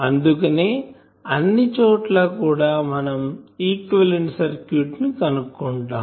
అందుకనే అన్ని చోట్ల కూడా మనం ఈక్వివలెంట్ సర్క్యూట్ ని కనుక్కుంటాం